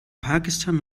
pakistan